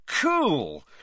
Cool